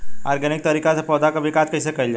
Organic तरीका से पौधा क विकास कइसे कईल जाला?